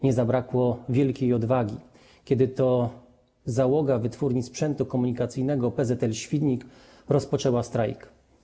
Nie zabrakło wielkiej odwagi, kiedy to załoga Wytwórni Sprzętu Komunikacyjnego PZL Świdnik rozpoczęła strajk.